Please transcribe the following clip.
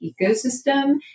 ecosystem